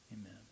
amen